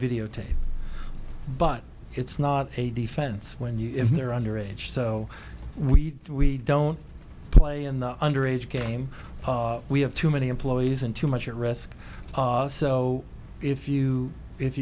videotape but it's not a defense when you if they're under age so we don't play in the under age game we have too many employees and too much at risk so if you if